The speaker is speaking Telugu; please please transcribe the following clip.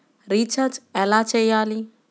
రిచార్జ ఎలా చెయ్యాలి?